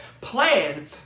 plan